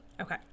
Okay